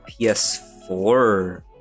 ps4